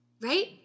Right